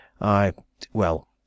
I—well